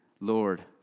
Lord